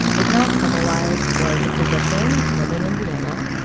ignaz semmelweis was was a physician living in vienna.